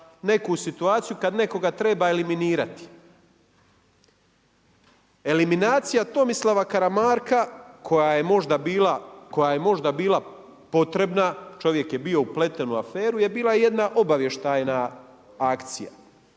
neku situaciju kad nekoga treba eliminirati. Eliminacija Tomislava Karamarka koja je možda bila, koja je možda bila potrebna, čovjek je bio upleten u aferu je bila jedna obavještajna akcija